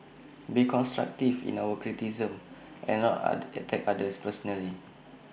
be constructive in our criticisms and not are attack others personally